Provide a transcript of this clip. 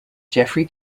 jeffrey